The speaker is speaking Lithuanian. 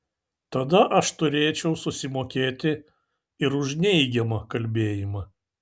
tada aš turėčiau susimokėti ir už neigiamą kalbėjimą